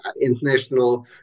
International